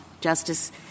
Justice